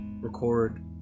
record